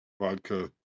vodka